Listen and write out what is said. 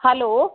hello